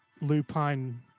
lupine